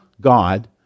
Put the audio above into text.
God